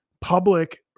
public